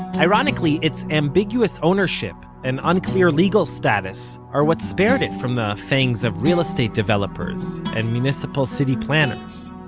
ironically, its ambiguous ownership and unclear legal status are what spared it from the fangs of real estate developers and municipal city planners.